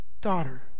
daughter